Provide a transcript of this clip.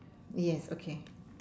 yes okay